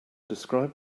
describe